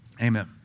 Amen